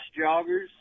joggers